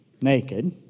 Naked